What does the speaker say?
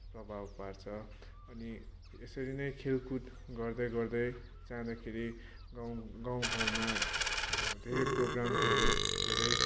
प्रभाव पार्छ अनि यसरी नै खेलकुद गर्दै गर्दै जादाँखेरि गाँउ घरमा अबधेरै प्रोगाम्सहरू धेरै